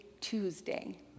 Tuesday